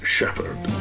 Shepherd